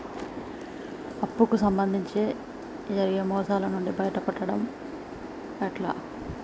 అప్పు కు సంబంధించి జరిగే మోసాలు నుండి బయటపడడం ఎట్లా?